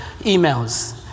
emails